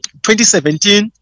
2017